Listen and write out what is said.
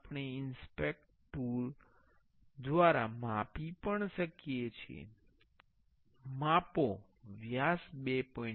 આપણે inspect tool દ્વારા માપી શકીએ છીએ અને માપો વ્યાસ 2